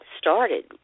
started